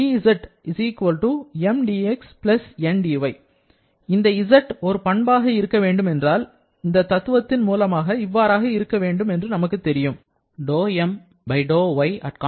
dz Mdx Ndy இந்த z ஒரு பண்பாக இருக்க வேண்டும் என்றால் தத்துவத்தின் மூலமாக இவ்வாறாக இருக்க வேண்டும் என்று நமக்கு தெரியும்